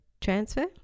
transfer